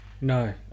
No